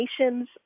Nations